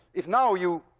if now you